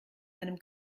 einem